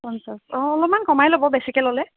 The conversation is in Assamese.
পঞ্চাছ অ' অলপমাণ কমাই ল'ব বেছিকৈ ল'লে